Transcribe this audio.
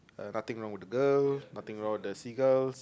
nothing wrong with the girl nothing wrong with the seagulls